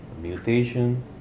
mutation